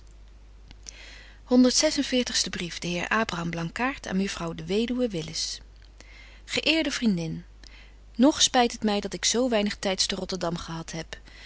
veertigste brief de heer abraham blankaart aan mejuffrouw de weduwe willis ge eerde vriendin nog spyt het my dat ik zo weinig tyds te rotterdam gehad heb